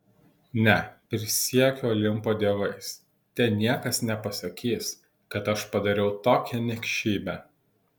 ne prisiekiu olimpo dievais te niekas nepasakys kad aš padariau tokią niekšybę